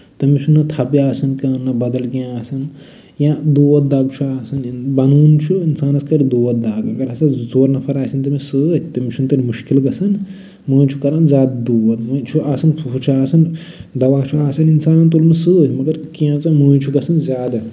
تٔمِس چھُنہٕ تھپھ آسان کیٚنہہ یا بدل کیٚنہہ آسن یا دوٚد دَگ چھُ آسن بہانہٕ چھُ اِنسانَس کرِ دود دَگ اَگر ہسا زٕ ژور نَفر آسن تٔمِس سۭتۍ تٔمِس چھُنہٕ تیٚلہِ مُشکِل گژھان مٔنزۍ چھُ کران زیادٕ دود مٔنزۍ چھُ آسان ہُہ چھُ آسان دوہ چھُ آسان تُلمُت اِنسانَن سۭتۍ مَگر کیٚنہہ ژَن چھُ گژھان زیادٕ